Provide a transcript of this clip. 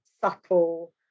subtle